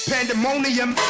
Pandemonium